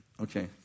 Okay